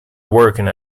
working